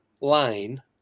line